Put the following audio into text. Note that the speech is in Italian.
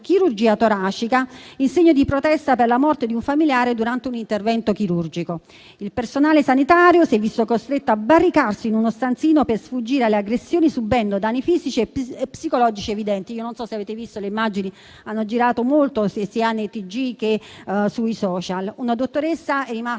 chirurgia toracica in segno di protesta per la morte di un familiare durante un intervento chirurgico. Il personale sanitario si è visto costretto a barricarsi in uno stanzino per sfuggire alle aggressioni, subendo danni fisici e psicologici evidenti. Io non so se avete visto le immagini che sono girate molto sia sui TG che sui *social*. Una dottoressa è rimasta